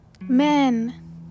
men